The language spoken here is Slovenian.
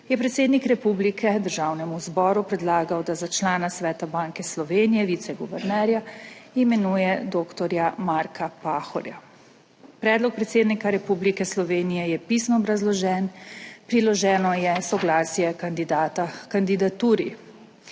je predsednik republike Državnemu zboru predlagal, da za člana Sveta Banke Slovenije - viceguvernerja imenuje dr. Marka Pahorja. Predlog predsednika Republike Slovenije je pisno obrazložen, priloženo je soglasje kandidata h kandidaturi.